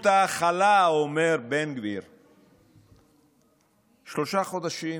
שלושה חודשים